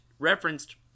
referenced